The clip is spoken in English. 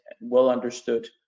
well-understood